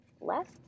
left